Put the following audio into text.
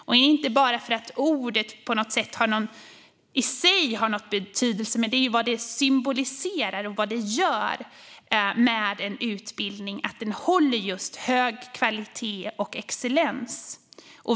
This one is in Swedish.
Det är inte för att ordet i sig har någon betydelse utan för vad det symboliserar och vad det gör med en utbildning att den håller hög kvalitet och excellens.